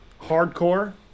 hardcore